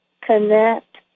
connect